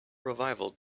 revival